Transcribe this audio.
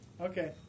Okay